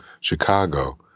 Chicago